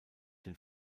den